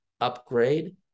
upgrade